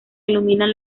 iluminan